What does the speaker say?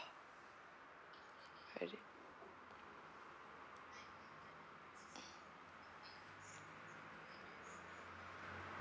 ready